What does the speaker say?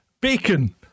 bacon